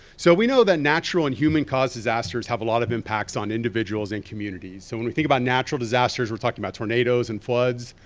so we know that natural and human-caused disasters have a lot of impacts on individuals and communities. so when we think about natural disasters, we're talking about tornadoes and floods.